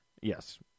Yes